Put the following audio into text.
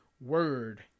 word